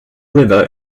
river